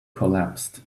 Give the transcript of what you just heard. collapsed